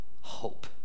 hope